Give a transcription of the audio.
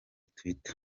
twitter